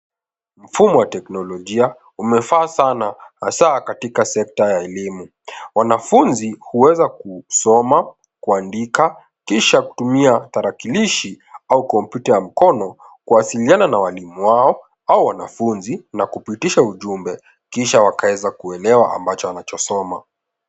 Mfumo wa teknolojia umefaa sana hasa katika sekta ya elimu. Wanafunzi kuweza kusoma, kuandika kisha kutumia tarakilishi au kompyuta ya mkono kuwasiliana na walimu wao au wanafunzi na kupitisha ujumbe kisha wakaweza kuelewa ambacho wanachosoma.